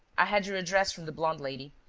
i had your address from the blonde lady.